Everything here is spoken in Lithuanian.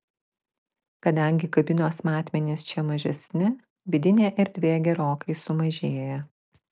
kadangi kabinos matmenys čia mažesni vidinė erdvė gerokai sumažėja